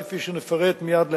כפי שנפרט מייד להלן,